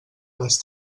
les